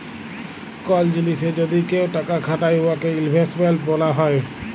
call জিলিসে যদি কেউ টাকা খাটায় উয়াকে ইলভেস্টমেল্ট ব্যলা হ্যয়